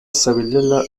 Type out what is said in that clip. zebilela